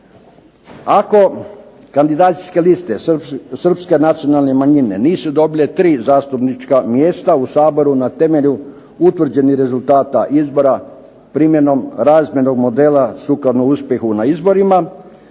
Ako kandidacijske liste Srpske nacionalne manjine nisu dobile tri zastupnička mjesta u Saboru na temelju utvrđenih rezultata izbora, primjenom razmjernog modela sukladno uspjehu na izborima,